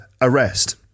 arrest